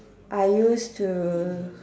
I use to